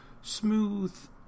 smooth